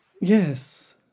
Yes